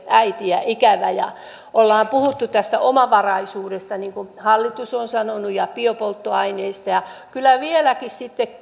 äitiä ikävä ollaan puhuttu tästä omavaraisuudesta niin kuin hallitus on sanonut ja biopolttoaineista ja kyllä vieläkin